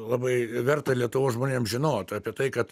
labai verta lietuvos žmonėm žinot apie tai kad